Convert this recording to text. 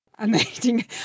Amazing